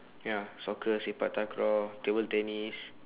ya soccer sepak takraw table tennis